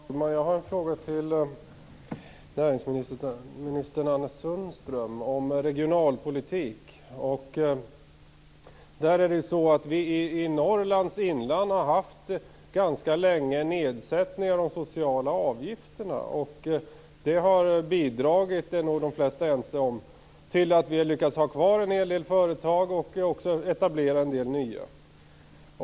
Fru talman! Jag har en fråga till näringsminister Anders Sundström om regionalpolitik. Vi har i Norrlands inland ganska länge haft nedsättningar av de sociala avgifterna. Det har bidragit - det är nog de flesta ense om - till att vi har lyckats behålla en hel del företag och också etablera en del nya.